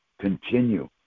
continue